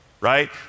right